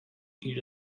eat